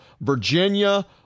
Virginia